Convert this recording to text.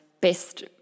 best